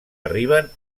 arriben